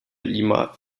lima